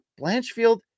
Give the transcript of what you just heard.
Blanchfield